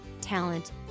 talent